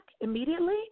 immediately